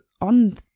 on